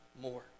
more